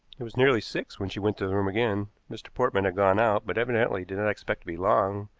it was nearly six when she went to the room again. mr. portman had gone out, but evidently did not expect to be long,